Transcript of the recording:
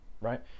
right